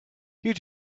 you